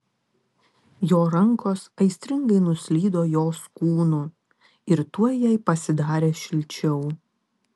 jo rankos aistringai nuslydo jos kūnu ir tuoj jai pasidarė šilčiau